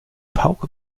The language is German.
pauke